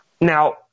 Now